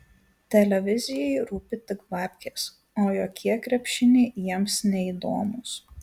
televizijai rūpi tik babkės o jokie krepšiniai jiems neįdomūs